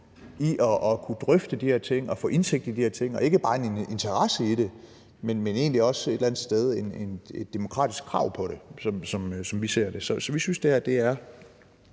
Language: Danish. i at kunne drøfte de her ting og få indsigt i de her ting. De har ikke bare en interesse i det, men egentlig også et eller andet sted et demokratisk krav på det, som vi ser det. Så vi synes, at det her er